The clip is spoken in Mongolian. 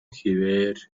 хэвээр